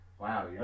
Wow